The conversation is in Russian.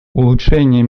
улучшение